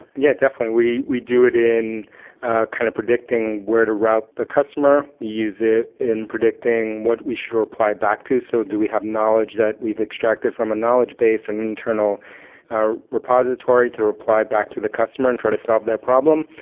yeah, definitely. we we do it in kind of predicting where to route the customer. we use it in predicting what we should reply back to. so do we have knowledge that we've extracted from a knowledge base an and internal ah repository to reply back to the customer and try to solve their problem?